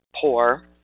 poor